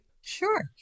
Sure